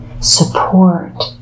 support